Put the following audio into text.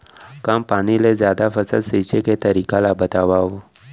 कम पानी ले जादा फसल सींचे के तरीका ला बतावव?